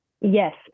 Yes